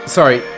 Sorry